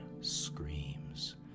screams